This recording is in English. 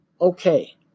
Okay